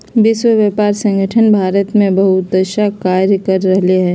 विश्व व्यापार संगठन भारत में बहुतसा कार्य कर रहले है